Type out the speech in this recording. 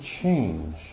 change